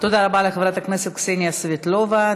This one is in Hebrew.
תודה רבה לחברת הכנסת קסניה סבטלובה.